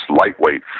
lightweight